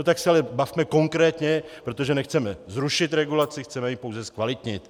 No tak se ale bavme konkrétně, protože nechceme zrušit regulaci, chceme ji pouze zkvalitnit.